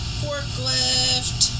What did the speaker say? forklift